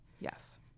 Yes